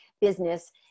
business